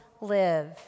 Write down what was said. live